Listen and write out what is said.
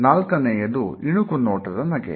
ನಾಲ್ಕನೆಯದು ಇಣುಕು ನೋಟದ ನಗೆ